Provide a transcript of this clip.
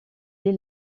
dès